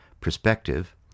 perspective